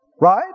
right